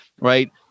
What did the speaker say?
Right